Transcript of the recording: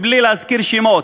בלי להזכיר שמות.